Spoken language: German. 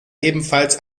ebenfalls